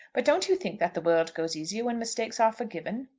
but don't you think that the world goes easier when mistakes are forgiven?